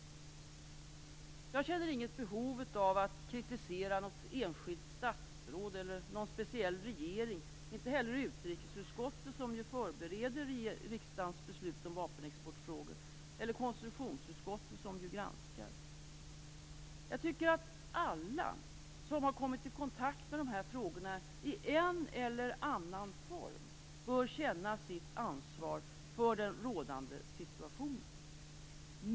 Jag känner inget behov av att kritisera något enskilt statsråd eller någon speciell regering, inte heller utrikesutskottet som ju förbereder riksdagens beslut om vapenexportfrågor eller konstitutionsutskottet som ju granskar. Jag tycker att alla som har kommit i kontakt med de här frågorna i en eller annan form bör känna sitt ansvar för den rådande situationen.